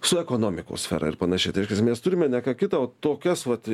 su ekonomikos sfera ir panašiai tai reiškias me turime ne ką kitą o tokias vat